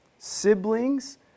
siblings